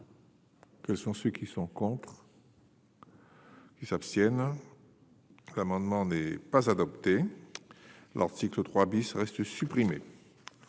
Quels sont ceux qui sont contre. Ils s'abstiennent l'amendement n'est pas adopté l'article 3 bis restent supprimés.